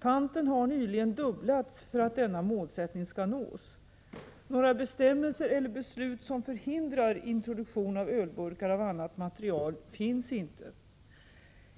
Panten har nyligen dubblats för att denna målsättning skall nås. Några bestämmelser eller beslut som förhindrar introduktion av ölburkar av annat material finns inte.